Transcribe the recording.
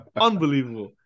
Unbelievable